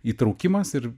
įtraukimas ir